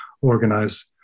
organize